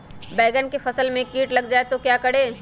बैंगन की फसल में कीट लग जाए तो क्या करें?